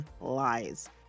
lies